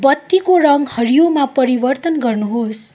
बत्तीको रङ हरियोमा परिवर्तन गर्नुहोस्